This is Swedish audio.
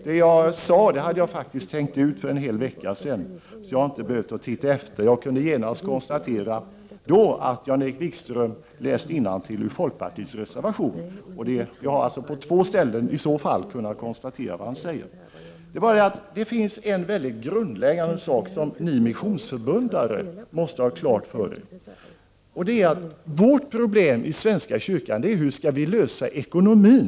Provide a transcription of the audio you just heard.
Vad jag här sade hade jag faktiskt tänkt ut för en hel vecka sedan, så jag har inte behövt titta efter. Jag kunde genast kon statera att Jan-Erik Wikström då läste innantill ur folkpartiets reservation. Jag har alltså i så fall på två ställen kunnat konstatera vad det är han säger. Det finns någonting mycket grundläggande som ni missionsförbundare måste ha klart för er, nämligen att vårt problem inom svenska kyrkan är hur vi skall kunna lösa frågan om ekonomin.